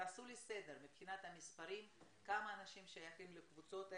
תעשו לי סדר מבחינת מספרים כמה אנשים שייכים לקבוצות האלה,